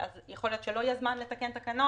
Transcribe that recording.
יכול להיות שלא יהיה זמן לתקן תקנות,